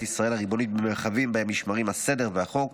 ישראל הריבונית במרחבים שבהם נשמרים הסדר והחוק.